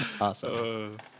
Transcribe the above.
awesome